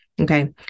Okay